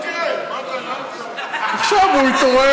כן כן, בסדר, אל תרד, למה אתה, עכשיו הוא התעורר.